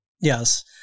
Yes